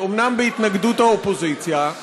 אומנם בהתנגדות האופוזיציה,